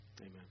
Amen